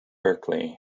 berkeley